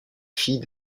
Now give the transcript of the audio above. fille